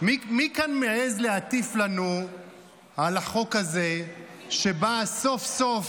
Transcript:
מי כאן מעז להטיף לנו על החוק הזה שבא סוף-סוף?